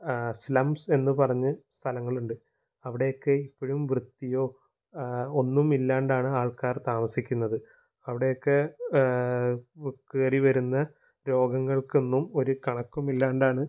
slums എന്ന് പറഞ്ഞ് സ്ഥലങ്ങളുണ്ട് അവിടെയൊക്കെ ഇപ്പോഴും വൃത്തിയോ ഒന്നും ഇല്ലാണ്ടാണ് ആള്ക്കാര് താമസിക്കുന്നത് അവിടെയൊക്കെ കയറിവരുന്ന രോഗങ്ങള്ക്കൊന്നും ഒരു കണക്കും ഇല്ലാണ്ടാണ്